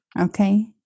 Okay